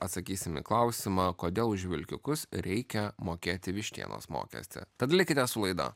atsakysim į klausimą kodėl už vilkikus reikia mokėti vištienos mokestį tad likite su laida